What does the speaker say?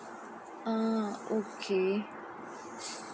uh okay